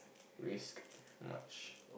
risk much